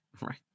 Right